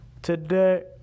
today